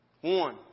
One